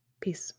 Peace